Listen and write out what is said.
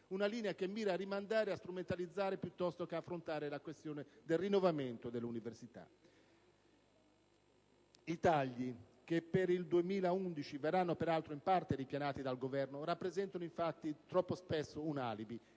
una linea che mira a rimandare e a strumentalizzare, piuttosto che ad affrontare la questione del rinnovamento dell'università. I tagli - che per il 2011 verranno peraltro in parte ripianati dal Governo -rappresentano infatti troppo spesso un alibi